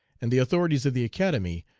and the authorities of the academy,